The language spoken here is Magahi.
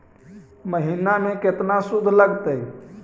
महिना में केतना शुद्ध लगतै?